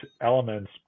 elements